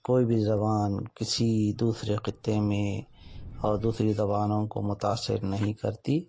کوئی بھی زبان کسی دوسرے خطّے میں اور دوسری زبانوں کو متاثر نہیں کرتی